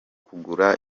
kugura